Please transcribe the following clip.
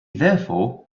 therefore